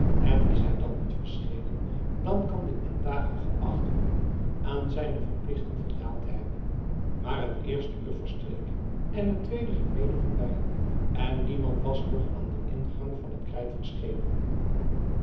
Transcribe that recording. en is hij dan niet verschenen dan kan de indager geacht worden aan zijne verplichting voldaan te hebben maar het eerste uur verstreek en het tweede ging mede voorbij en niemand was nog aan den ingang van het krijt verschenen